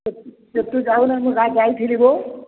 ସେଥି ସେଥି ଯାଉ ନାହଁ ଯାଇ ଥିଲି ଯେଉଁ